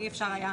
אי אפשר היה,